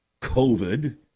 COVID